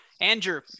Andrew